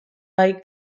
bai